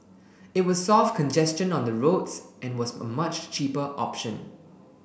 it would solve congestion on the roads and was a much cheaper option